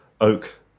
oak